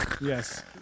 Yes